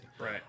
Right